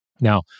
Now